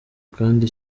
kandi